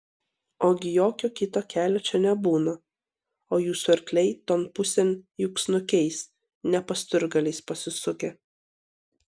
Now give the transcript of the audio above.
ogi jokio kito kelio čia nebūna o jūsų arkliai ton pusėn juk snukiais ne pasturgaliais pasisukę